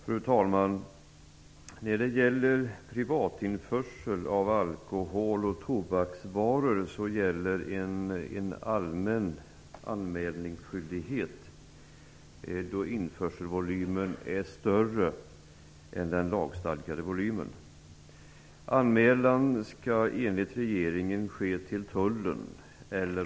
Fru talman! För privatinförsel av alkoholdrycker och tobaksvaror gäller en allmän anmälningsskyldighet då införselvolymen är större än den lagstadgade volymen. Anmälan skall enligt regeringen ske till tullen.